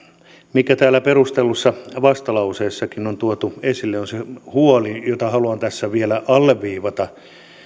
mikä täällä perustellussa vastalauseessakin on on tuotu esille on se huoli jota haluan tässä vielä alleviivata